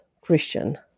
Christian